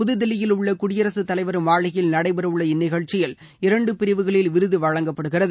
புதுதில்லியில் உள்ள குடியரசுத் தலைவர் மாளிகையில் நடைபெறவுள்ள இந்நிகழ்ச்சியில் இரண்டு பிரிவுகளில் விருது வழங்கப்படுகிறது